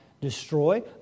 Destroy